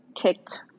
Kicked